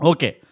Okay